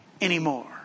anymore